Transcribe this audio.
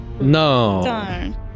No